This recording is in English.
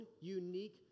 unique